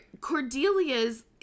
Cordelia's